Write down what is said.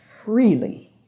freely